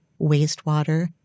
wastewater